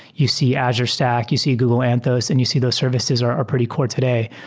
you see azure stack, you see google anthos and you see those services are are pretty core today.